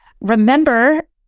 Remember